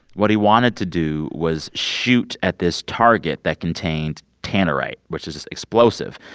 what he wanted to do was shoot at this target that contained tannerite, which is explosive,